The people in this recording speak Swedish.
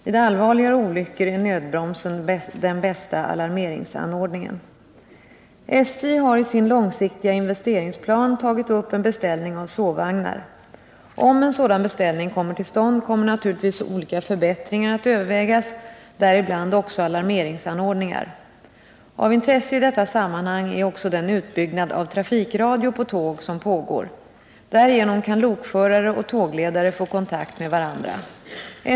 Vid allvarligare olyckor är nödbromsen den bästa alarmeringsanordningen. SJ har i sin långsiktiga investeringsplan tagit upp en beställning av sovvagnar. Om en sådan beställning kommer till stånd kommer naturligtvis olika förbättringar att övervägas — däribland också alarmeringsanordningar. Av intresse i detta sammanhang är också den utbyggnad av trafikradio på tåg som pågår. Därigenom kan lokförare och tågledare få kontakt med varandra.